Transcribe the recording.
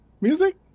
music